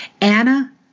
Anna